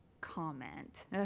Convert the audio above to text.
comment